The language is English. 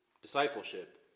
Discipleship